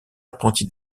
apprenti